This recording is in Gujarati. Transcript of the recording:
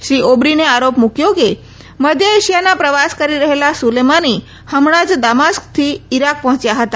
શ્રી ઓબ્રીને આરોપ મુકયો કે મધ્ય એશિયાનો પ્રવાસ કરી રહેલા સુલેમાની હમણા જ દામાસ્કસ થી ઇરાક પહોચ્યા હતા